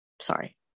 Sorry